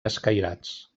escairats